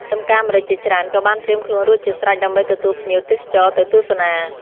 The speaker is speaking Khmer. ចម្ការម្រេចជាច្រើនក៏បានត្រៀមខ្លួនរួចជាស្រេចដើម្បីទទួលភ្ញៀវទេសចរទៅទស្សនា។